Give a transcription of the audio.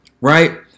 Right